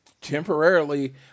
temporarily